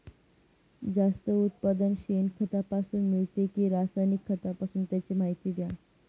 जास्त उत्पादन शेणखतापासून मिळते कि रासायनिक खतापासून? त्याची माहिती द्या